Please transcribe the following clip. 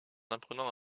apprenant